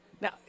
Now